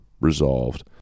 resolved